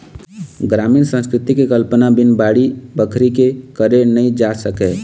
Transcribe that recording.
गरामीन संस्कृति के कल्पना बिन बाड़ी बखरी के करे नइ जा सके